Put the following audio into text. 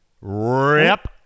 Rip